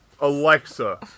Alexa